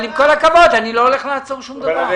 אני לא הולך לעצור שום דבר.